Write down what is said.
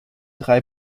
drei